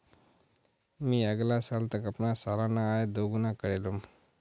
मी अगला साल तक अपना सालाना आय दो गुना करे लूम